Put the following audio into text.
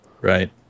Right